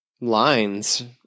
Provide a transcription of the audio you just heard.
lines